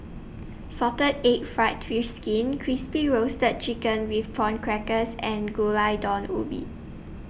Salted Egg Fried Fish Skin Crispy Roasted Chicken with Prawn Crackers and Gulai Daun Ubi